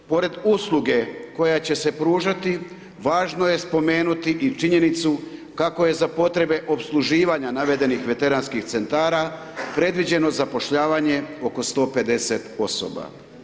Pored usluge koja će se pružati, važno je spomenuti i činjenicu kako je za potrebe opsluživanja navedenih Veteranskih Centara predviđeno zapošljavanje oko 150 osoba.